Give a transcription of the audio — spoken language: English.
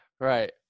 right